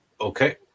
okay